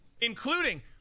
Including